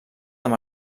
dels